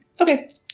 Okay